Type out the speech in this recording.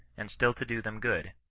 and still to do them good,